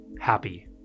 happy